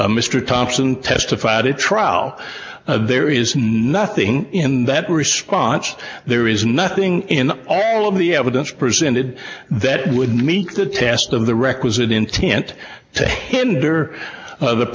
mr thompson testified at trial there is nothing in that response there is nothing in all of the evidence presented that would meet the test of the requisite intent to hinder the